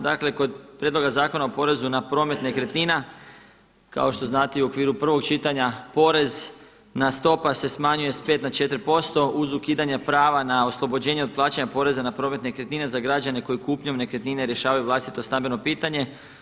Dakle, kod Prijedloga zakona o porezu na promet nekretnina kao što znate i u okviru prvog čitanja porezna stopa se smanjuje sa 5 na 4% uz ukidanje prava na oslobođenje od plaćanja poreza na promet nekretnina za građane koji kupnjom nekretnine rješavaju vlastito stambeno pitanje.